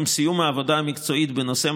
עם סיום העבודה המקצועית בנושא,